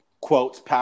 quotes